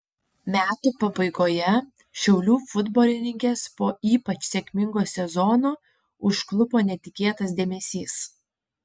metų pabaigoje šiaulių futbolininkes po ypač sėkmingo sezono užklupo netikėtas dėmesys